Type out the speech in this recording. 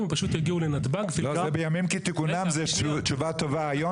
בשבב הזה משתמשים בשתי הזדמנויות; א',